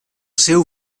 seu